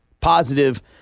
positive